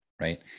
right